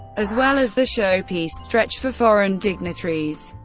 as well as the showpiece stretch for foreign dignitaries.